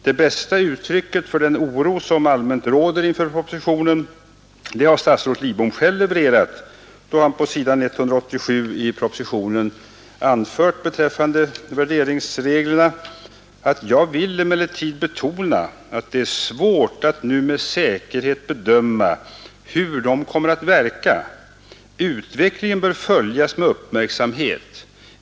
Det bästa uttrycket för den oro som allmänt råder med anledning av förslaget har statsrådet Lidbom själv levererat, då han på s. 187 i propositionen 122 anfört beträffande värderingsreglerna: ”Jag vill emellertid betona att det är svårt att nu med säkerhet bedöma hur de kommer att verka. Utvecklingen bör följas med uppmärksamhet.